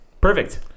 Perfect